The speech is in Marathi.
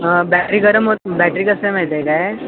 बॅटरी गरम हो बॅटरी कसं आहे माहीत आहे काय